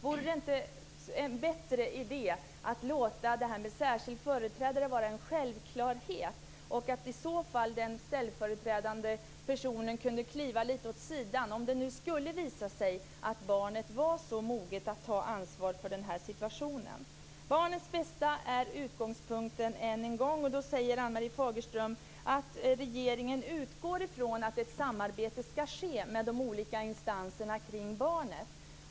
Vore det inte en bättre idé att låta det vara en självklarhet med en särskild företrädare och att den ställföreträdande personen kunde kliva lite åt sidan om det nu skulle visa sig att barnet är så moget att ta ansvar för denna situation? Barnets bästa är än en gång utgångspunkten, och då säger Ann-Marie Fagerström att regeringen utgår från att ett samarbete ska ske med de olika instanserna kring barnet.